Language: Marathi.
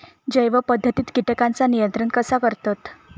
जैव पध्दतीत किटकांचा नियंत्रण कसा करतत?